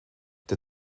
der